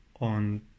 on